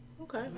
Okay